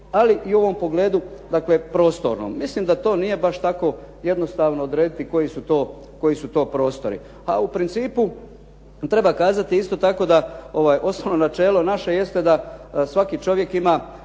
ali i u ovom pogledu prostornom. Mislim da to nije baš tako jednostavno odrediti koji su to prostori. A u principu treba kazati isto tako da osnovno načelo naše jeste da svaki čovjek ima